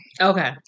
Okay